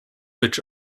which